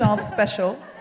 special